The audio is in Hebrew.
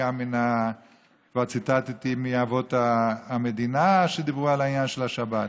וכבר ציטטתי מאבות המדינה כשדיברו על העניין של השבת.